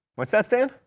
what's that, stan?